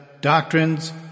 doctrines